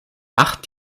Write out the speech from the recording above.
acht